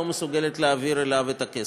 לא מסוגלת להעביר אליו את הכסף.